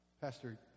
Pastor